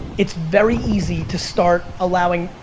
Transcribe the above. it's very easy to start allowing,